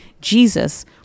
Jesus